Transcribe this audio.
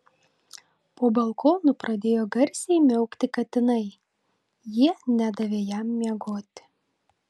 po balkonu pradėjo garsiai miaukti katinai jie nedavė jam miegoti